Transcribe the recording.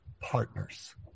partners